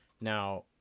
Now